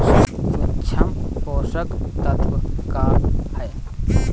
सूक्ष्म पोषक तत्व का ह?